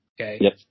Okay